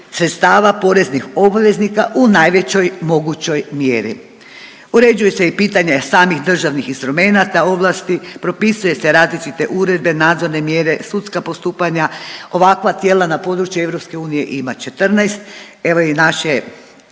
sredstava poreznih obveznika u najvećoj mogućoj mjeri. Uređuje se i pitanje samih državnih instrumenata, ovlasti, propisuje se različite uredne, nadzorne mjere, sudska postupanja, ovakva tijela na području EU ima 14, evo i naše,